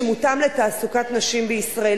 שמותאם לתעסוקת נשים בישראל,